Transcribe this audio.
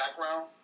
background